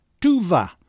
Tuva